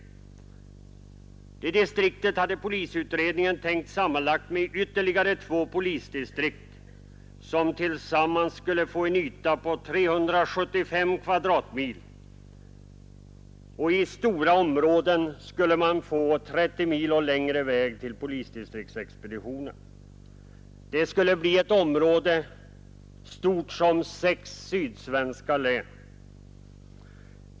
Det distriktet hade polisutredningen tänkt sig sammanlagt med ytterligare två polisdistrikt, som tillsammans skulle få en yta på 375 kvadratmil. I stora områden skulle man få 30 mil och längre till polisdistriktsexpeditionen. Det skulle bli ett område stort som sex sydsvenska län.